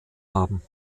haben